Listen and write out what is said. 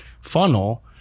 funnel